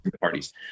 Parties